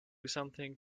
something